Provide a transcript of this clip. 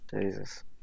Jesus